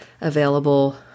available